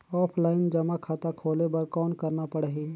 Offline जमा खाता खोले बर कौन करना पड़ही?